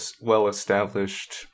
well-established